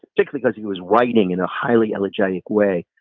particularly as he was writing in a highly elegiac way,